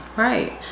right